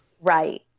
Right